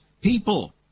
people